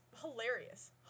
hilarious